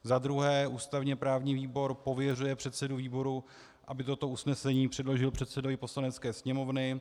Za druhé ústavněprávní výbor pověřuje předsedu výboru, aby toto usnesení předložil předsedovi Poslanecké sněmovny.